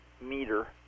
meter